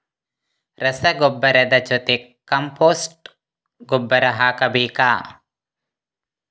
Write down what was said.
ರಸಗೊಬ್ಬರದ ಜೊತೆ ಕಾಂಪೋಸ್ಟ್ ಗೊಬ್ಬರ ಹಾಕಬೇಕಾ?